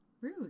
Rude